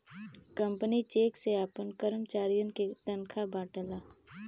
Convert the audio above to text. company cheque से आपन करमचारियन के तनखा बांटला